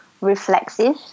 reflexive